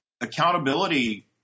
accountability